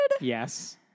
Yes